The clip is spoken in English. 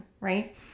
right